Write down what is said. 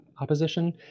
opposition